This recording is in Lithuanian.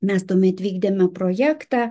mes tuomet vykdėme projektą